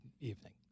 evening